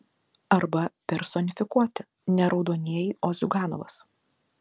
arba personifikuoti ne raudonieji o ziuganovas